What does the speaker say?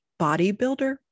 bodybuilder